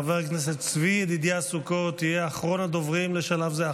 חבר הכנסת צבי ידידיה סוכות יהיה אחרון הדוברים בשלב זה.